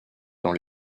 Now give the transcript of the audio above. dans